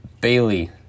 Bailey